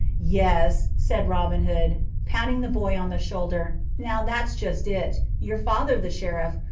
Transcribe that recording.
yes, said robin hood, patting the boy on the shoulder, now that's just it. your father, the sheriff,